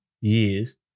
years